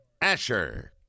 Asher